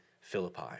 Philippi